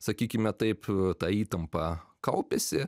sakykime taip ta įtampa kaupiasi